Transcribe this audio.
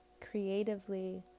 creatively